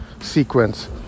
sequence